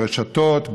ברשתות,